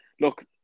look